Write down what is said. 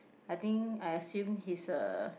I think I assume he's a